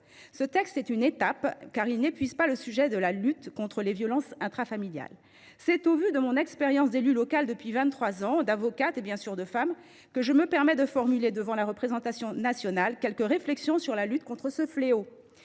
Ce texte est une étape, car il n’épuise pas le sujet de la lutte contre les violences intrafamiliales. C’est au vu de mon expérience d’élue locale depuis vingt trois ans, d’avocate et, bien sûr, de femme que je me permets de formuler, devant la représentation nationale, quelques réflexions sur la lutte contre ce fléau.